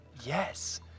Yes